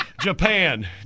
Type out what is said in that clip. Japan